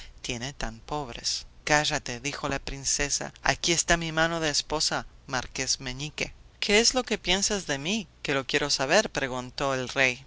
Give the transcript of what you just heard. tienen tan pobres cállate dijo la princesa aquí está mi mano de esposa marqués meñique qué es eso que piensas de mí que lo quiero saber preguntó el rey